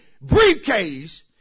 briefcase